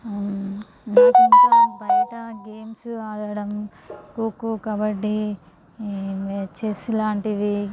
నాకు బయట గేమ్స్ ఆడడం ఖోఖో కబాడీ చెస్ లాంటివి